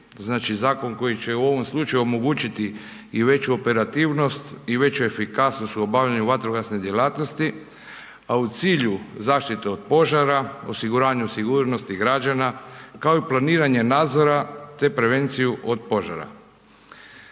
znači zakon koji će u ovom slučaju omogućiti i veću operativnost i veću efikasnost u obavljanju vatrogasne djelatnosti a u cilju zaštite od požara, osiguranju sigurnosti građana kao i planiranje nadzora te prevenciju od požara.